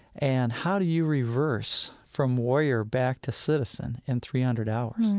and how do you reverse from warrior back to citizen in three hundred hours?